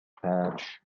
patch